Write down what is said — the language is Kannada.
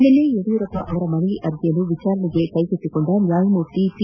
ನಿನ್ನೆ ಯಡಿಯೂರಪ್ಪ ಅವರ ಮನವಿ ಅರ್ಜಿಯನ್ನು ವಿಚಾರಣೆಗೆ ಕೈಗೆತ್ತಿಕೊಂಡ ನ್ನಾಯಮೂರ್ತಿ ಪಿ